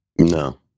no